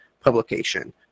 publication